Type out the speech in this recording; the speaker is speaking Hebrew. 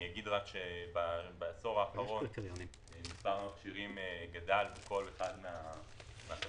אני אגיד רק שבעשור האחרון מספר המכשירים גדל בכל אחת מהקטגוריות.